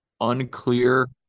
unclear